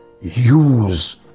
Use